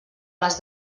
les